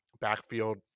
backfield